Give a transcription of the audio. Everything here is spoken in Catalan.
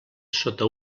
sota